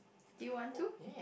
do you want to